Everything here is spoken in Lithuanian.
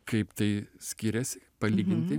kaip tai skiriasi palyginti